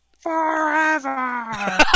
Forever